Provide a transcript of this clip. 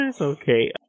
okay